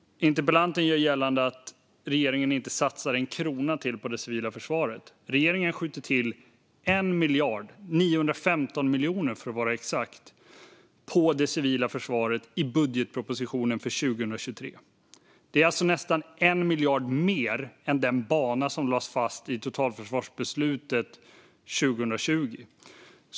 Interpellanten gör gällande att regeringen inte satsar en krona till på det civila försvaret. Regeringen skjuter till 1 miljard, 915 miljoner för att vara exakt, till det civila försvaret i budgetpropositionen för 2023. Det är alltså nästan 1 miljard mer än den bana som lades fast i totalförsvarsbeslutet 2020.